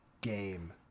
game